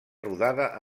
rodada